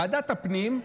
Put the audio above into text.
ועדת הפנים,